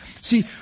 See